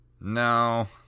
No